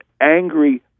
angry